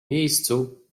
miejscu